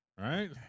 Right